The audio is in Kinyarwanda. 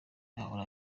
ahora